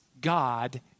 God